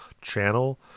channel